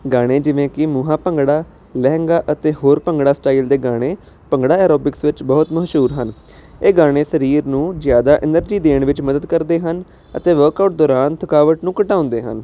ਗਾਣੇ ਜਿਵੇਂ ਕਿ ਮੂਹਾਂ ਭੰਗੜਾ ਲਹਿੰਗਾ ਅਤੇ ਹੋਰ ਭੰਗੜਾ ਸਟਾਈਲ ਦੇ ਗਾਣੇ ਭੰਗੜਾ ਐਰੋਬਿਕਸ ਵਿੱਚ ਬਹੁਤ ਮਸ਼ਹੂਰ ਹਨ ਇਹ ਗਾਣੇ ਸਰੀਰ ਨੂੰ ਜ਼ਿਆਦਾ ਐਨਰਜੀ ਦੇਣ ਵਿੱਚ ਮਦਦ ਕਰਦੇ ਹਨ ਅਤੇ ਵਰਕਆਊਟ ਦੌਰਾਨ ਥਕਾਵਟ ਨੂੰ ਘਟਾਉਂਦੇ ਹਨ